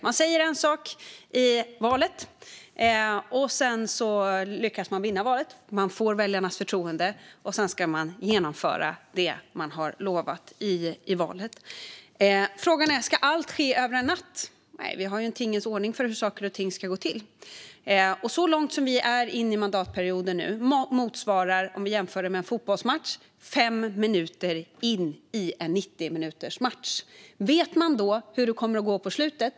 Man säger en sak i valrörelsen. Sedan lyckas man vinna valet och får väljarnas förtroende och ska genomföra det man har lovat. Ska då allt ske över en natt? Nej, vi har en tingens ordning för hur saker och ting ska gå till. Hur långt in på mandatperioden vi har hunnit nu kan vi jämföra med en fotbollsmatch. Då motsvarar det fem minuter in på en 90-minutersmatch. Vet man i det läget hur det kommer att gå på slutet?